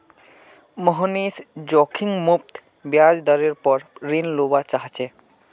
मोहनीश जोखिम मुक्त ब्याज दरेर पोर ऋण लुआ चाह्चे